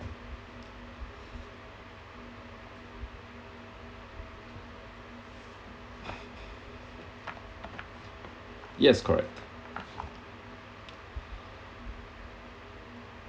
yes correct